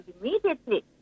immediately